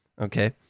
okay